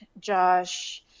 Josh